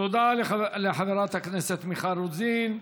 תודה לחברת הכנסת מיכל רוזין.